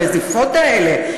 הנזיפות האלה,